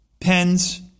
pens